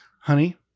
honey